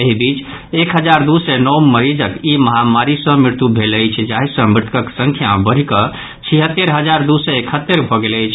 एहि बीच एक हजार दू सय नओ मरीजक ई महामारी सँ मृत्यु भेल अछि जाहि सँ मृतकक संख्या बढ़ि कऽ छिहत्तरि हजार दू सय एकहत्तरि भऽ गेल अछि